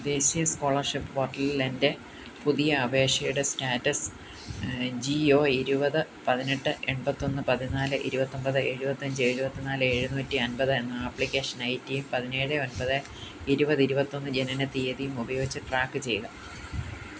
ദേശീയ സ്കോളർഷിപ്പ് പോർട്ടലിൽ എൻ്റെ പുതിയ അപേക്ഷയുടെ സ്റ്റാറ്റസ് ജി ഒ ഇരുപത് പതിനെട്ട് എൺപത്തൊന്ന് പതിനാല് ഇരുപത്തൊമ്പത് എഴുപത്തഞ്ച് എഴുപത്തിനാല് എഴുന്നൂറ്റി അമ്പത് എന്ന ആപ്ലിക്കേഷൻ ഐ ഡി യും പതിനേഴ് ഒൻപത് ഇരുപത് ഇരുപത്തൊന്ന് ജനനത്തീയതിയും ഉപയോഗിച്ച് ട്രാക്ക് ചെയ്യുക